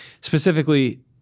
Specifically